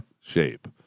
shape